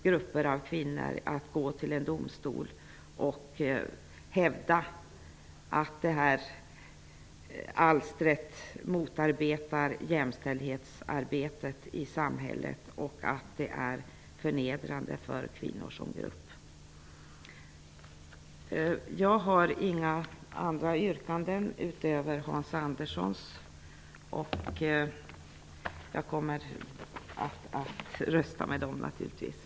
De har gått till domstol och hävdat att sådant alster motarbetar jämställdhetsarbetet i samhället och att det är förnedrande för kvinnor som grupp. Herr talman! Jag har inga andra yrkanden än Hans